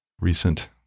recent